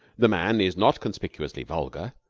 the man is not conspicuously vulgar.